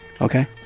Okay